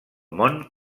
món